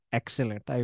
excellent